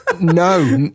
no